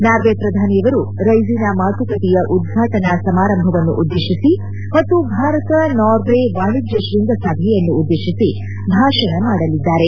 Norway ಪ್ರಧಾನಿಯವರು ರೈಸಿನಾ ಮಾತುಕತೆಯ ಉದ್ವಾಟನಾ ಸಮಾರಂಭವನ್ನು ಉದ್ದೇಶಿಸಿ ಮತ್ತು ಭಾರತ ನಾರ್ವೆ ವಾಣಿಜ್ಯ ಶೃಂಗಸಭೆಯನ್ನು ಉದ್ದೇಶಿಸಿ ಭಾಷಣ ಮಾಡಲಿದ್ದಾರೆ